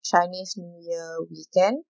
chinese new year weekend